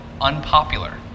unpopular